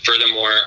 Furthermore